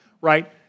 right